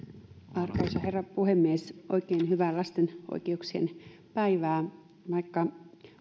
arvoisa herra puhemies oikein hyvää lasten oikeuksien päivää vaikka